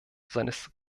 seines